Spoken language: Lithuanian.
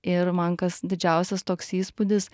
ir man kas didžiausias toks įspūdis